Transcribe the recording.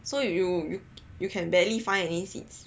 so you you you you can barely find any seats